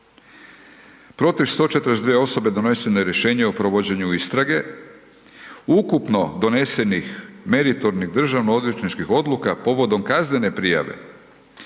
Protiv 142 osobe doneseno je rješenju o provođenju istrage, ukupno donesenih meritornih državnoodvjetničkih odluka povodom kaznene prijave,